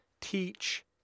teach